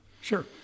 Sure